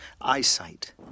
eyesight